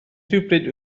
rhywbryd